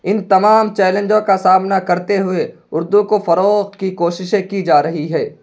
ان تمام چیلنجوں کا سامنا کرتے ہوئے اردو کو فروغ کی کوششیں کی جا رہی ہیں